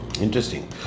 Interesting